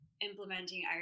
implementing